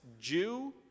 Jew